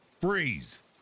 freeze